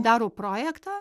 daro projektą